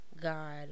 God